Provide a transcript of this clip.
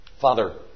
Father